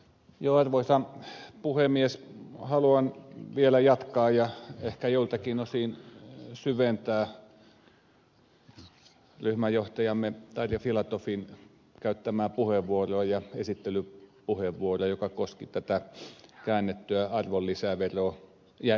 joel voi sama se puhemies haluan vielä jatkaa ja ehkä joiltakin osin syventää ryhmäjohtajamme tarja filatovin käyttämää puheenvuoroa esittelypuheenvuoroa joka koski tätä käännettyä arvonlisäverojärjestelmää